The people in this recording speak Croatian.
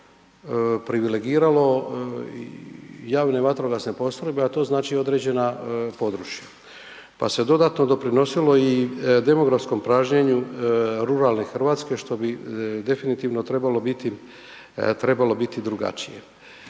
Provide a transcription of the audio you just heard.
privilegiralo i javne vatrogasne postrojbe, a to znači određena područja pa se dodatno doprinosilo i demografskom pražnjenju ruralne Hrvatske što bi definitivno trebalo biti drugačije.